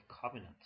covenant